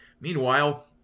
meanwhile